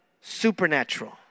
supernatural